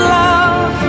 love